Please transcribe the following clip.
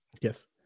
Yes